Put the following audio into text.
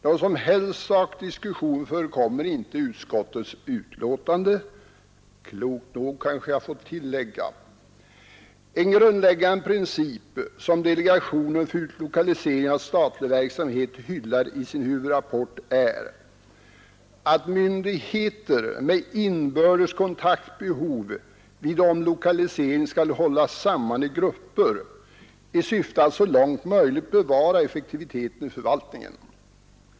Någon som helst sakdiskussion förekommer inte i utskottets betänkande — klokt nog, kanske jag får tillägga. En grundläggande princip som delegationen för utlokalisering av statlig verksamhet hyllar i sin ”huvudrapport” är att myndigheter med inbördes kontaktbehov vid omlokaliseringen skall hållas samman i grupper i syfte att så långt möjligt bevara effektiviteten i förvaltningen.